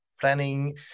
planning